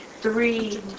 three